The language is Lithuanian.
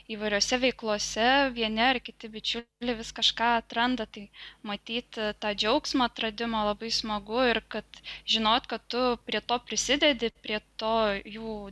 įvairiose veiklose vieni ar kiti bičiuliai vis kažką atranda tai matyt tą džiaugsmą atradimo labai smagu ir kad žinot kad tu prie to prisidedi prie to jų